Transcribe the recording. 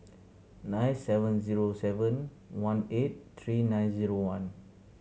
nine seven zero seven one eight three nine zero one